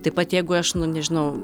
taip pat jeigu aš nu nežinau